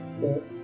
six